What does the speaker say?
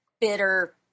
bitter